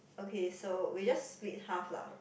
okay so we just split half lah